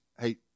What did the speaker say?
hey